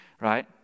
right